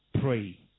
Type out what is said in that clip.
pray